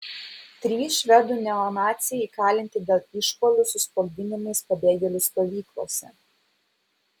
trys švedų neonaciai įkalinti dėl išpuolių su sprogdinimais pabėgėlių stovyklose